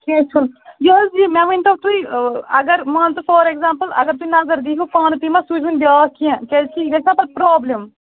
کیٚنٛہہ چھُنہٕ یہِ حظ یہِ مےٚ ؤنۍ تَو تُہۍ اگر مان ژٕ فار ایٚکزامپُل اگر تُہۍ نظر دِیہُو پانہٕ تُہۍ ما سوٗزِہوٗن بیٛاکھ کیٚنٛہہ کیٛازِ کہِ یہِ گَژھِ نا پتہٕ پرٛابلِم